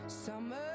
summer